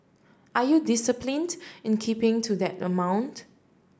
are you disciplined in keeping to that amount